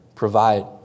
Provide